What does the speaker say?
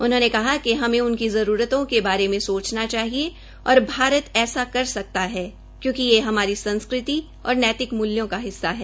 उन्होंने कहा कि हमें उनकी जरूरतों के बारे में सोचना चाहिए और भारत ऐसा कर सकता है क्योंकि ये हमारी संस्कृति और नैतिक मूल्यों का हिस्सा है